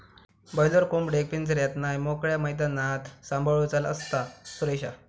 boiler कोंबडेक पिंजऱ्यात नाय मोकळ्या मैदानात सांभाळूचा असता, सुरेशा